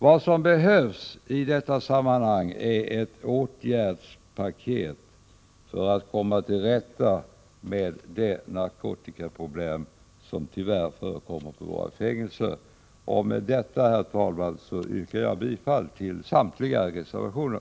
Vad som behövs i detta sammanhang är ett åtgärdspaket för att man skall komma till rätta med det narkotikaproblem som tyvärr finns på våra fängelser. Med detta, herr talman, yrkar jag bifall till samtliga reservationer.